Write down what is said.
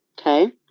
Okay